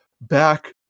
back